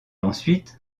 ensuite